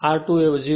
R 2 A 0